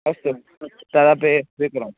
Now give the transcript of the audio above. अस्तु तदपि स्वीकरोमि